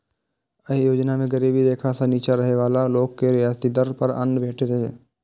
एहि योजना मे गरीबी रेखा सं निच्चा रहै बला लोक के रियायती दर पर अन्न भेटै छै